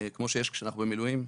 כמו שיש כשאנחנו במילואים.